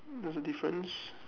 there's a difference